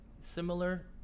similar